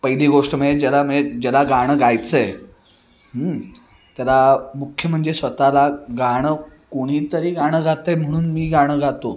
पहिली गोष्ट म्हणजे ज्याला म्हणजे ज्याला गाणं गायचं आहे त्याला मुख्य म्हणजे स्वतःला गाणं कोणीतरी गाणं गातं आहे म्हणून मी गाणं गातो